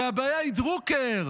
הרי הבעיה היא דרוקר,